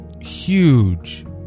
huge